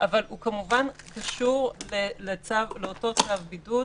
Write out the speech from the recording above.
אבל הוא כמובן קשור לאותו צו בידוד,